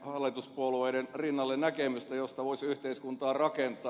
hallituspuolueiden rinnalle näkemystä josta voisi yhteiskuntaa rakentaa